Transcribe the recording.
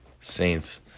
Saints